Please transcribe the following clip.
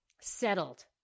settled